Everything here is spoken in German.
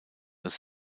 als